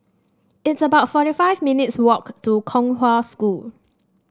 it's about forty five minutes' walk to Kong Hwa School